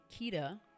Kita